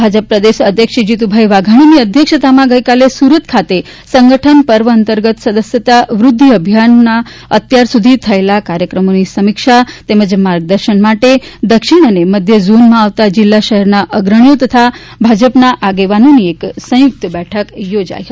ભાજપા પ્રદેશ અધ્યક્ષ શ્રી જીતુભાઇ વાઘાણીની અધ્યક્ષતામાં ગઇકાલે સુરત ખાતે સંગઠન પર્વ અંતર્ગત સદસ્યતા વ્રધ્ધિ અભિયાનના અત્યાર સુધી થયેલ કાર્યક્રમોની સમીક્ષા તેમજ માર્ગદર્શન માટે દક્ષિણ અને મધ્ય ઝોનમાં આવતાં જીલ્લા શહેરના અગ્રણીઓ તથા ભાજપા આગેવાનઓની સંયુક્ત બેઠક યોજાઇ ગઇ